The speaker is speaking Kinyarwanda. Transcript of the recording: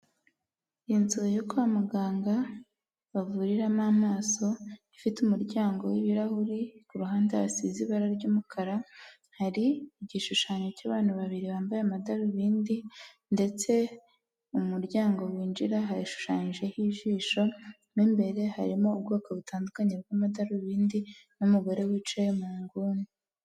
Inzu yo kwa muganga bavuriramo amaso, ifite umuryango w'ibirahuri, ku ruhande hasize ibara ry'umukara, hari igishushanyo cy'abantu babiri bambaye amadarubindi ndetse umuryango winjira hashushanyijeho ijisho, mo imbere harimo ubwoko butandukanye bw'amadarubindi n'umugore wicaye mu nguni.